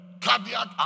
cardiac